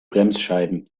bremsscheiben